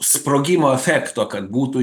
sprogimo efekto kad būtų